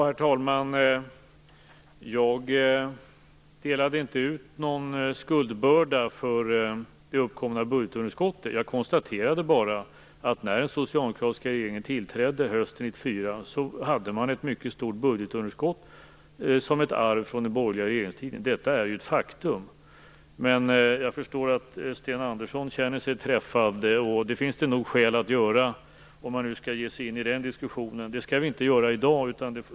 Herr talman! Jag delade inte ut någon skuldbörda vad gäller det uppkomna budgetunderskottet. Jag konstaterade bara att man fick ett mycket stort budgetunderskott som arv från den borgerliga regeringstiden när den socialdemokratiska regeringen tillträdde hösten 1994. Detta är ju ett faktum. Jag förstår att Sten Andersson känner sig träffad. Det finns det nog skäl att göra, om vi nu skall ge oss in i den diskussionen. Det skall vi inte göra i dag.